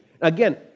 Again